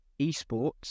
esports